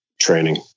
Training